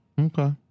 Okay